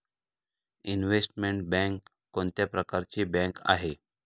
Investment bank कोणत्या प्रकारची bank आहे?